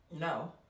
No